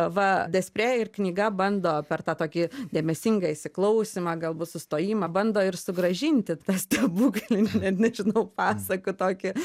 va despre ir knyga bando per tą tokį dėmesingą įsiklausymą galbūt sustojimą bando ir sugrąžinti tą stebuklinę net nežinau pasaką tokį